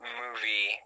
movie